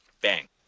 bang